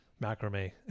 macrame